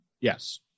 Yes